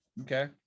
Okay